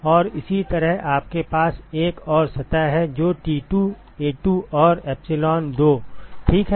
और इसी तरह आपके पास एक और सतह है जो T2 A2 और epsilon2 ठीक है